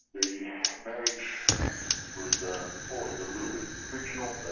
the marriage was um always a little bit frictional,